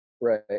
Right